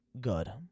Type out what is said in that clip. good